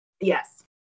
Yes